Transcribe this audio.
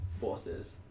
forces